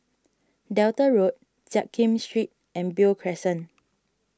Delta Road Jiak Kim Street and Beo Crescent